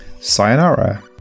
Sayonara